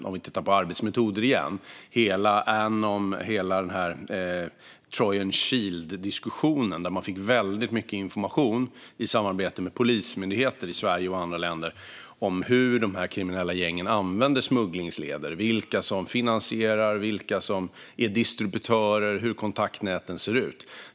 När det gäller arbetsmetoder igen har vi hela Anom och Trojan Shield-diskussionen, där man fick väldigt mycket information i samarbete med polismyndigheter i Sverige och i andra länder om hur de kriminella gängen använder smugglingsleder, vilka som finansierar, vilka som är distributörer och hur kontaktnäten ser ut.